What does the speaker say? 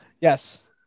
Yes